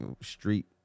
street